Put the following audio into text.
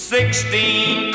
Sixteen